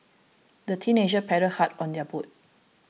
the teenagers paddled hard on their boat